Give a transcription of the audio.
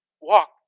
walk